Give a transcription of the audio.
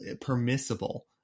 permissible